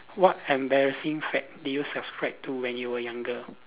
what embarrassing fad did you subscribe to when you were younger